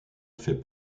fait